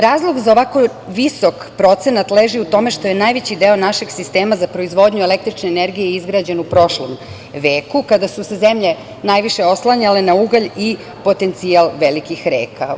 Razlog za ovako visok procenat leži u tome što je najveći deo našeg sistema za proizvodnju električne energije izgrađen u prošlom veku, kada su se zemlje najviše oslanjale na ugalj i potencijal velikih reka.